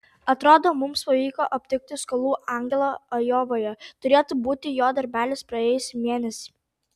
atrodo mums pavyko aptikti skolų angelą ajovoje turėtų būti jo darbelis praėjusį mėnesį